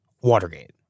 Watergate